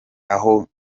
aho